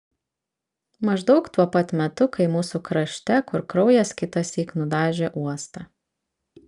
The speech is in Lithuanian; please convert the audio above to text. maždaug tuo pat metu kai mūsų krašte kur kraujas kitąsyk nudažė uostą